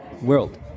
world